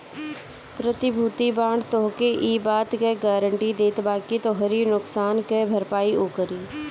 प्रतिभूति बांड तोहके इ बात कअ गारंटी देत बाकि तोहरी नुकसान कअ भरपाई उ करी